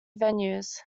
venues